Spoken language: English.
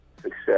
success